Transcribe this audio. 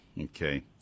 Okay